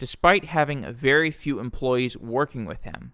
despite having a very few employees working with him.